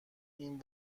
این